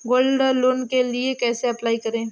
Gold loan के लिए कैसे अप्लाई करें?